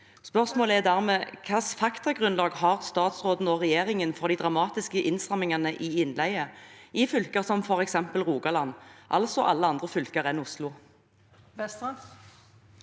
Hvilket faktagrunnlag har statsråden for de dramatiske innstrammingene i innleie i fylker som eksempelvis Rogaland, altså andre fylker enn Oslo?»